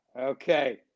Okay